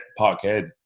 Parkhead